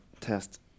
test